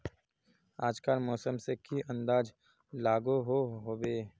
आज कार मौसम से की अंदाज लागोहो होबे?